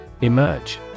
Emerge